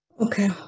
Okay